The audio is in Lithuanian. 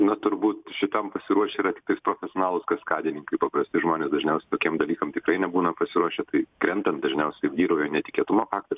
na turbūt šitam pasiruošę yra tiktais profesionalūs kaskadininkai paprasti žmonės dažniausiai tokiem dalykam tikrai nebūna pasiruošę tai krentant dažniausiai vyrauja netikėtumo faktas